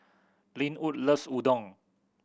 Linwood loves Udon